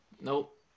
nope